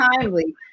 timely